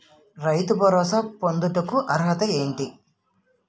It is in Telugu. రైతు భరోసా పొందుటకు అర్హత ఏంటి?